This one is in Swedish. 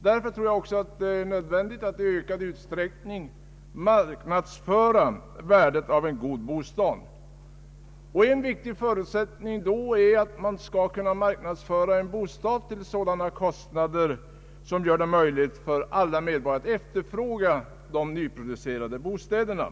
Därför tror jag också att det är nödvändigt att i ökad utsträckning marknadsföra värdet av en god bostad. En viktig förutsättning är då att man skall kunna marknadsföra en bostad till sådana kostnader att det är möjligt för alla medborgare att efterfråga de nyproducerade bostäderna.